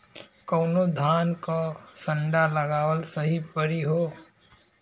कवने धान क संन्डा लगावल सही परी हो?